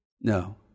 No